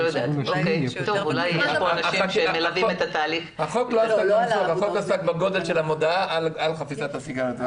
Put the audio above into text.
החוק לא --- החוק עסק בגודל של המודעה על חפיסת הסיגריות.